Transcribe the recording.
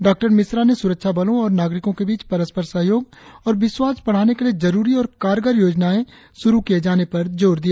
डॉ मिश्रा ने सुरक्षा बलों और नागरिकों के बीच परस्पर सहयोग और विश्वास बढ़ाने के लिए जरुरी और कारगर योजनायें शुरु किए जाने पर जोर दिया